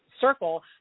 circle